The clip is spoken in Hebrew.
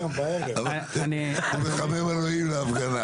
אפשר להסדיר את זה.